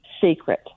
secret